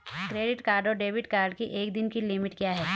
Credit card और debit card की एक दिन की लिमिट क्या है?